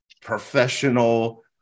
professional